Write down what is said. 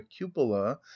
cupola